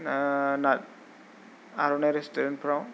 आर'नाय रेस्टुरेन्टफ्राव